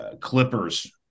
Clippers